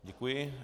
Děkuji.